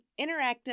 interactive